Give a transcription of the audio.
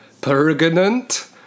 pregnant